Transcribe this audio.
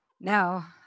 now